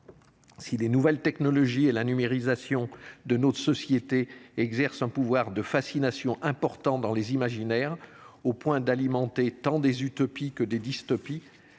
Si les nouvelles technologies et la numérisation de notre société exercent un pouvoir de fascination important dans les imaginaires, au point d’alimenter tant des utopies que des dystopies,